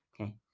okay